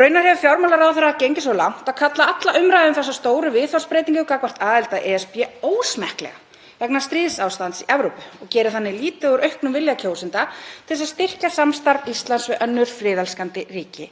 Raunar hefur fjármálaráðherra gengið svo langt að kalla alla umræðu um þessa stóru viðhorfsbreytingu gagnvart aðild að ESB ósmekklega vegna stríðsástands í Evrópu og gerir þannig lítið úr auknum vilja kjósenda til að styrkja samstarf Íslands við önnur friðelskandi ríki